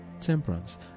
temperance